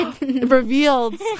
Revealed